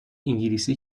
انگلیسی